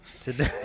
today